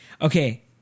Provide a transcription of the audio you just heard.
Okay